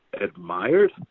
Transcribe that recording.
admired